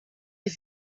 sie